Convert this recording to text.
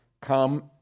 come